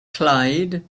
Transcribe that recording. clyde